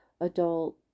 adult